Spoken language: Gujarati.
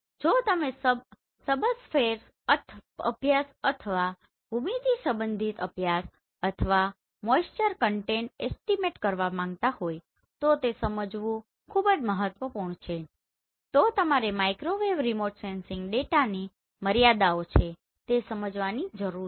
જો તમે સબસર્ફેસ અભ્યાસ અથવા ભૂમિતિ સંબંધિત અભ્યાસ અથવા મોઈસ્ચર કન્ટેન્ટ એસ્ટીમેટ કરવા માંગતા હોય તો તે જાણવું ખૂબ જ મહત્વપૂર્ણ છે તો તમારે માઇક્રોવેવ રિમોટ સેન્સિંગ ડેટાની મર્યાદાઓ છે તે સમજવાની જરૂર છે